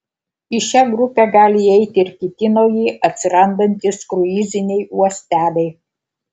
į šią grupę gali įeiti ir kiti nauji atsirandantys kruiziniai uosteliai